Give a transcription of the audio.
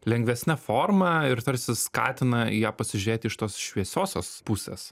lengvesne forma ir tarsi skatina į ją pasižėti iš tos šviesiosios pusės